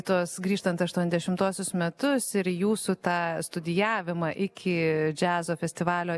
tuos grįžtant aštuoniasdešimtuosius metus ir jūsų tą studijavimą iki džiazo festivalio